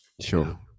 sure